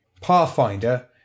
Pathfinder